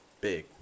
big